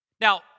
Now